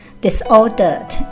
disordered